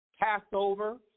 Passover